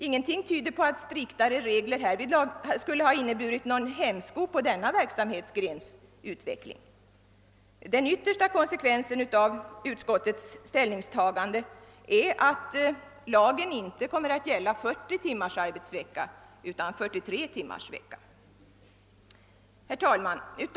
Ingenting tyder på att striktare regler härvidlag inneburit någon hämsko på denna verksamhetsgrens utveckling. Den yttersta konse kvensen av utskottets ställningstagande är att lagen inte kommer att gälla en arbetstid om 40 timmar i veckan utan 43 timmar i veckan. Herr talman!